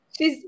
shes